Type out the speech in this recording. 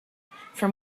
from